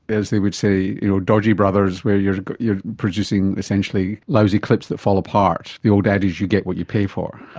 as they would say, you know dodgy brothers, where you are producing essentially lousy clips that fall apart, the old adage you get what you pay for?